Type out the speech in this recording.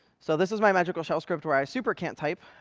so this is my magical shell script where i super can't type.